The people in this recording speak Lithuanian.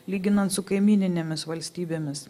lyginant su kaimyninėmis valstybėmis